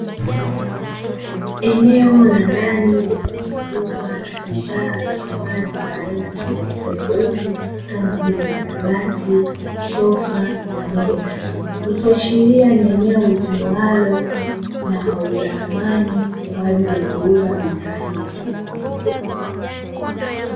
Eneo la ndani lililozungukwa na bidhaa za samani za aina tofauti tofauti kama vile makabati, sofa na meza, ikiashira ni eneo litumiwalo na wauza samani kwa ajili ya kuuza bidhaa hizo.